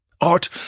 Art